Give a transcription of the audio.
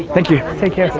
thank you. take care.